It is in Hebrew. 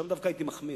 שם דווקא הייתי מחמיר.